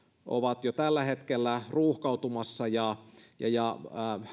ovat jo tällä hetkellä ruuhkautumassa ja